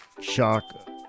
shock